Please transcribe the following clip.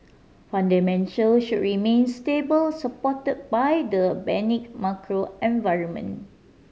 fundamental should remain stable supported by the benign macro environment